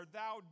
thou